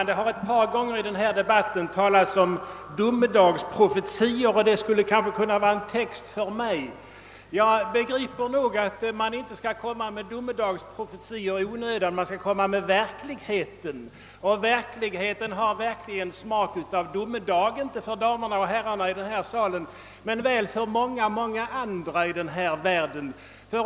Det har ett par gånger i denna debatt talats om »domedagsprofetior». Det skulle kanske kunna vara en text för mig. Jag begriper nog att man inte bör komma med domedagsprofetior i onödan. Man skall alltid komma med saklighet, men den verkligheten vi nu diskuterar har sannerligen smak av domedag. — Ja, inte för damerna och herrarna i den här salen, men väl för många, många andra i den här världen.